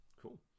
Cool